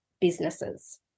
businesses